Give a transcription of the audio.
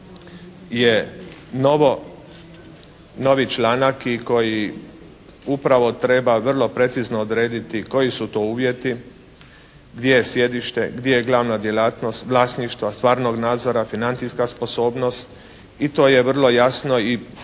novi članak i koji upravo treba vrlo precizno odrediti koji su to uvjeti, gdje je sjedište, gdje je glavna djelatnost vlasništva, stvarnog nadzora, financijska sposobnost. I to je vrlo jasno i na jedan